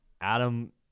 Adam